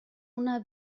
una